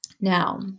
Now